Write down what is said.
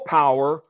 power